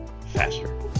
faster